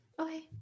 Okay